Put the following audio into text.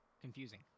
confusing